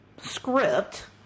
script